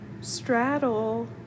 straddle